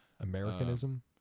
Americanism